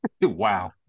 Wow